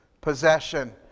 possession